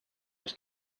but